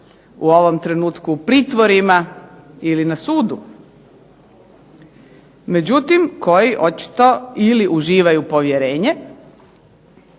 u ovom trenutku u pritvorima ili na sudu. Međutim, koji očito ili uživaju povjerenje